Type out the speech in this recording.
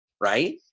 Right